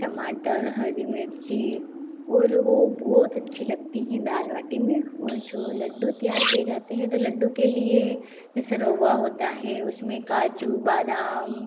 टमाटर हरी मिर्ची और वह बहुत अच्छी लगती है दाल बाटी में और जो लड्डू तैयार किए जाते हैं तो लड्डू के लिए जैसे रोवा होता है उसमें काजू बादाम